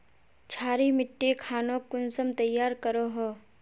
क्षारी मिट्टी खानोक कुंसम तैयार करोहो?